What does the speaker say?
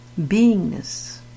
beingness